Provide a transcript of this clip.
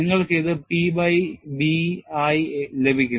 നിങ്ങൾക്ക് ഇത് P by B ആയി ലഭിക്കും